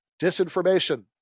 disinformation